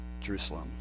Jerusalem